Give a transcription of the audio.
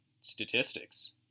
statistics